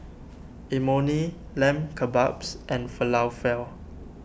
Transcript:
Imoni Lamb Kebabs and Falafel